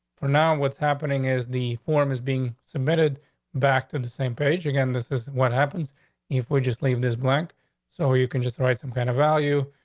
for now, what's happening is the form is being submitted back to the same page again. this is what happens if we just leave this blank so you can just write some kind of value.